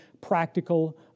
practical